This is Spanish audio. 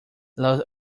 los